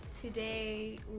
today